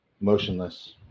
motionless